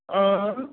अँ